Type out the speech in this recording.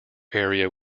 area